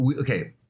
okay